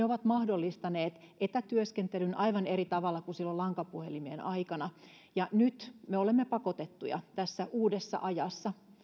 ovat mahdollistaneet etätyöskentelyn aivan eri tavalla kuin silloin lankapuhelimien aikana nyt me olemme pakotettuja tässä uudessa ajassa